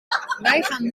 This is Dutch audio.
gaan